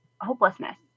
hopelessness